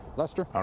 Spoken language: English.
lester? ah